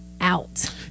out